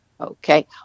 Okay